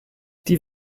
die